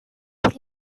por